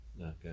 Okay